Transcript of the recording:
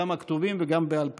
גם הכתובים וגם בעל פה.